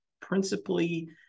principally